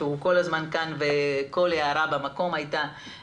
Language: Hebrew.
שהוא כל הזמן כאן וכל הערה שלו הייתה במקום.